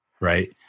right